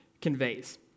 conveys